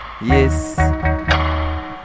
Yes